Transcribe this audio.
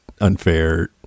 unfair